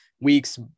weeks